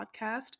podcast